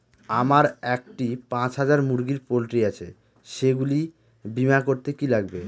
আমার একটি পাঁচ হাজার মুরগির পোলট্রি আছে সেগুলি বীমা করতে কি লাগবে?